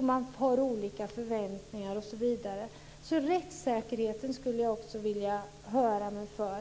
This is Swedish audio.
Man har olika förväntningar. Om rättssäkerheten skulle jag också vilja höra mig för.